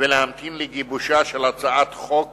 ולהמתין לגיבושה של הצעת חוק